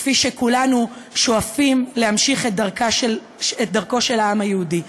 כפי שכולנו שואפים להמשיך את דרכו של העם היהודי,